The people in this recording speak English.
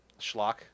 schlock